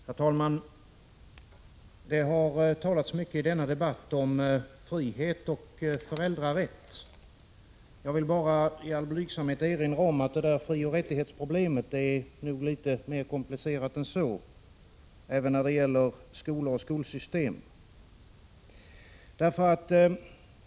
Herr talman! Det har talats mycket i denna debatt om frihet och föräldrarätt. Jag vill i all blygsamhet bara erinra om att frioch rättighetsproblemet nog är litet mer komplicerat än så även när det gäller skolor och skolsystem.